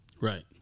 Right